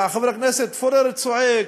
חבר הכנסת פורר צועק,